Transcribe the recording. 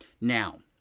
Now